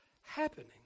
happening